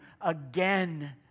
again